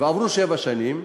אם עברו שבע שנים,